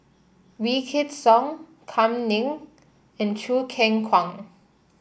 Wykidd Song Kam Ning and Choo Keng Kwang